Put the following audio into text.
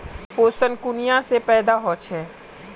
पोषण कुनियाँ से पैदा होचे?